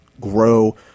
grow